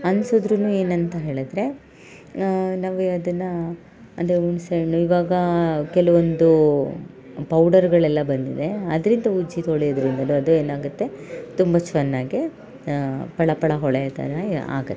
ಅನ್ಸಿದ್ದರೂ ಏನಂತ ಹೇಳಿದರೆ ನಾವೇ ಅದನ್ನು ಅಂದರೆ ಹುಣ್ಸೆಹಣ್ಣು ಇವಾಗ ಕೆಲವೊಂದು ಪೌಡರ್ಗಳೆಲ್ಲ ಬಂದಿದೆ ಅದರಿಂದ ಉಜ್ಜಿ ತೊಳಿಯೋದರಿಂದ ಅದು ಅದು ಏನಾಗುತ್ತೆ ತುಂಬ ಚೆನ್ನಾಗೆ ಫಳಫಳ ಹೊಳೆಯೋ ಥರ ಆಗುತ್ತೆ